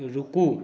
रूकु